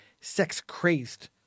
sex-crazed